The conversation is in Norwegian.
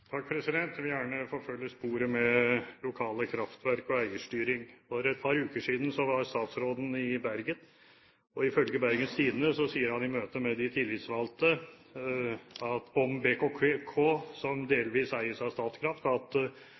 eierstyring. For et par uker siden var statsråden i Bergen. Ifølge Bergens Tidende sier han i møte med de tillitsvalgte om BKK, som delvis eies av Statkraft, at